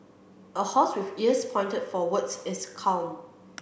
a horse with ears pointed forwards is calm